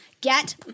get